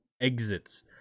exits